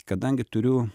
kadangi turiu